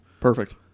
Perfect